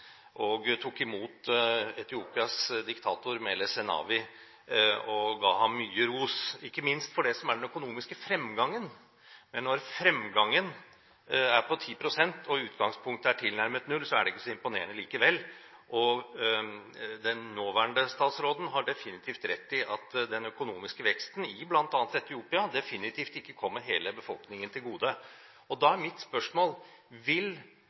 og tok imot Etiopias diktator, Meles Zenavi, og ga ham mye ros, ikke minst for den økonomiske fremgangen. Men når fremgangen er på 10 pst., og utgangspunktet er tilnærmet null, er det ikke så imponerende likevel. Den nåværende statsråden har definitivt rett i at den økonomiske veksten i bl.a. Etiopia definitivt ikke kommer hele befolkningen til gode. Da er mitt spørsmål: Vil